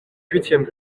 huitième